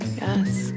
Yes